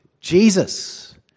Jesus